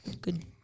good